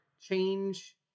change